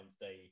Day